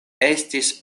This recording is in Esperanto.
estis